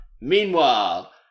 Meanwhile